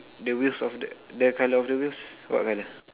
the wheels of the the colour of the wheels what colour